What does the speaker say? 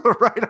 right